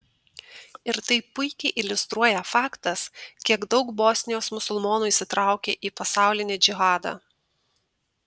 ir tai puikiai iliustruoja faktas kiek daug bosnijos musulmonų įsitraukė į pasaulinį džihadą